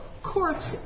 Courts